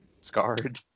scarred